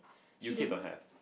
U_K don't have